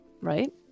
right